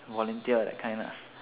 volunteer that kind lah